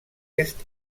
est